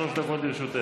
שלוש דקות לרשותך.